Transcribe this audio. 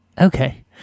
Okay